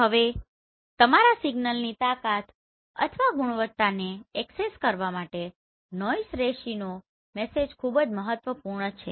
હવે તમારા સિગ્નલની તાકાત અથવા ગુણવત્તાને એક્સેસ કરવા માટે નોઈસ રેશીઓ નો મેસેજ ખૂબ જ મહત્વપૂર્ણ છે